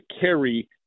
carry